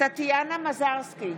טטיאנה מזרסקי,